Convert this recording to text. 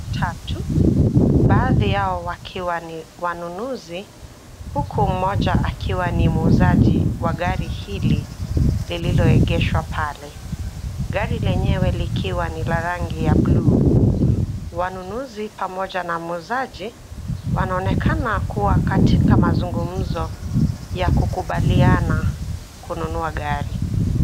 Watu watatu, baadhi yao wakiwa ni wanunuzi, huku mmoja akiwa ni muuzaji wa gari hili, lililoegeshwa pale. Gari lenyewe likiwa ni la rangi ya bluu. Wanunuzi pamoja na muuzaji, wanaonekana kuwa katika mazungumzo, ya kukubaliana kununua gari.